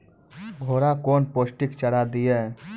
घोड़ा कौन पोस्टिक चारा दिए?